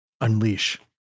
unleash